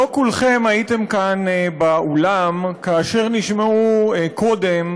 לא כולכם הייתם כאן באולם כאשר נשמעו קודם,